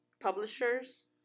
publishers